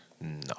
No